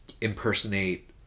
impersonate